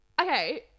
Okay